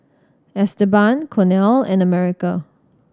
Esteban Cornel and America